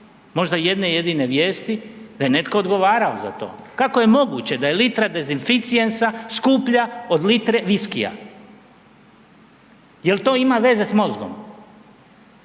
možda jedne jedine vijesti da je netko odgovarao za to? Kako je moguće da je litra dezinficijensa skuplja od litre viskija? Jel to ima veze s mozgom?